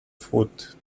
foot